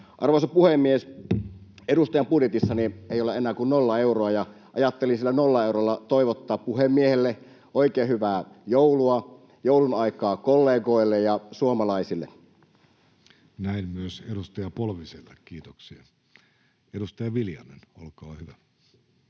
Arvoisa puhemies! Edustajanbudjetissani ei ole enää kuin nolla euroa. Ajattelin sillä nollalla eurolla toivottaa puhemiehelle oikein hyvää joulua, joulunaikaa kollegoille ja suomalaisille. [Speech 356] Speaker: Jussi Halla-aho Party: